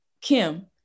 kim